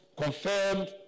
confirmed